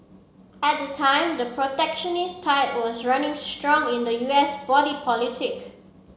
at the time the protectionist tide was running strong in the U S body politic